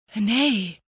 Nay